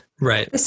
Right